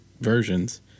versions